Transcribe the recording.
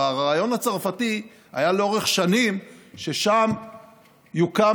והרעיון הצרפתי היה לאורך שנים ששם יוקם